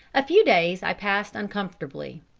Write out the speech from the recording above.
a few days i passed uncomfortably.